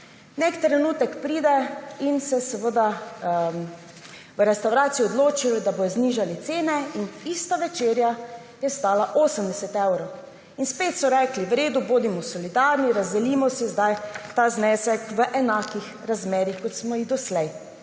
Nek trenutek pride in se v restavraciji odločijo, da bodo znižali cene, in ista večerja je stala 80 evrov. In spet so rekli, v redu, bodimo solidarni, razdelimo si zdaj ta znesek v enakih razmerjih kot doslej.